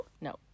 No